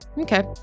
Okay